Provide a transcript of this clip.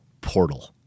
portal